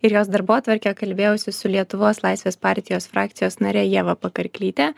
ir jos darbotvarkę kalbėjausi su lietuvos laisvės partijos frakcijos nare ieva pakarklyte